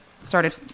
started